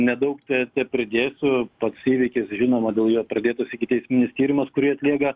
nedaug te tepridėsiu pats įvykis žinoma dėl jo pradėtas ikiteisminis tyrimas kurį atlieka